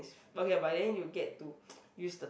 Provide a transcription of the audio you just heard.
okay but then you get to use the